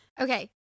Okay